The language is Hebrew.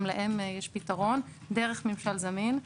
גם להם יש פתרון דרך מימשל זמין.